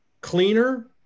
cleaner